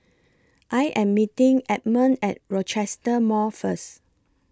I Am meeting Edmond At Rochester Mall First